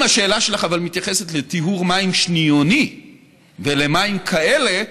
אבל אם השאלה שלך מתייחסת לטיהור מים שניוני ולמים כאלה,